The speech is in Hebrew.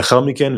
לאחר מכן,